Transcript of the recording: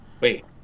wait